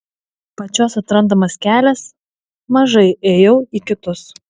pačios atrandamas kelias mažai ėjau į kitus